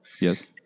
Yes